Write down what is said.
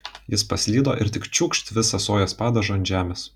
jis paslydo ir tik čiūkšt visą sojos padažą ant žemės